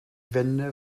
wende